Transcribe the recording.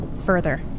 Further